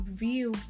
real